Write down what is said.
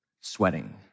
sweating